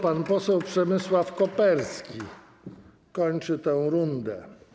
Pan poseł Przemysław Koperski kończy tę rundę.